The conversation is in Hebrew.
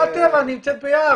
מסיבת טבע נמצאת ביער,